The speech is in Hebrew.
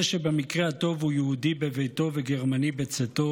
זה שבמקרה הטוב הוא יהודי בביתו וגרמני בצאתו,